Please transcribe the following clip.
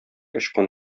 очкан